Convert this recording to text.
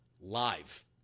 live